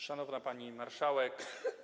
Szanowna Pani Marszałek!